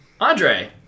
Andre